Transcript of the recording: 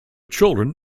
children